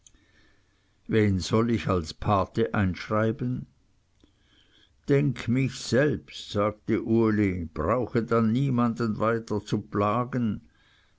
wen soll ich als pate einschreiben denk mich selbst sagte uli brauche dann niemanden weiter zu plagen